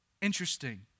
interesting